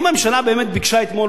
אם הממשלה באמת ביקשה אתמול,